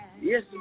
Yes